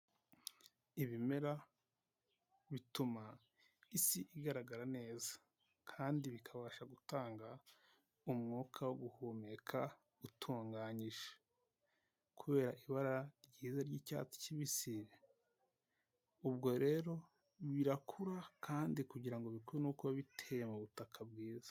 Ibimera bituma isi igaragara neza kandi bikabasha gutanga umwuka wo guhumeka utunganyije, kubera ibara ryiza ry'icyatsi kibisi, ubwo rero birakura kandi kugira ngo bikure ni uko biba biteye mu butaka bwiza.